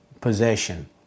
possession